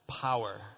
power